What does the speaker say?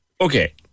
okay